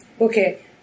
okay